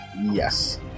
Yes